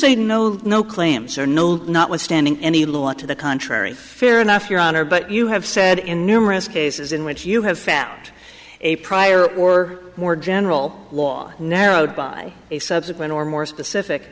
say no no claims or no notwithstanding any law to the contrary fair enough your honor but you have said in numerous cases in which you have found a prior or more general law narrowed by a subsequent or more specific